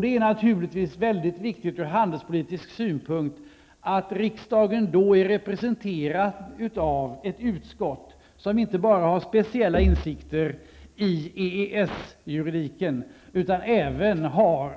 Det är naturligtvis väldigt viktigt från handelspolitisk synpunkt att riksdagen då är representerad av ett utskott, som inte bara har speciella insikter i EES-juridiken, utan även har